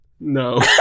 No